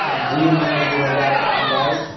दू मई दू हजार बाइस